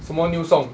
什么 new song